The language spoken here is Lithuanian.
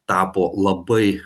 tapo labai